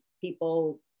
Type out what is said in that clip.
people